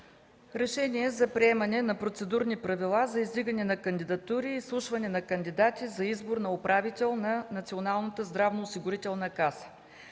Приема следните процедурни правила за издигане на кандидатури, изслушване на кандидати и избор на управител на Националната здравноосигурителна каса: